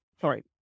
sorry